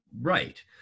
right